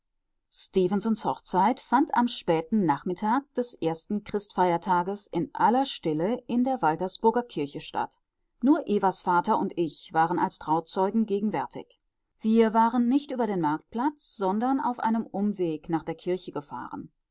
ende stefensons hochzeit fand am späten nachmittag des ersten christfeiertages in aller stille in der waltersburger kirche statt nur evas vater und ich waren als trauzeugen gegenwärtig wir waren nicht über den marktplatz sondern auf einem umweg nach der kirche gefahren